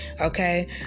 okay